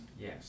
Yes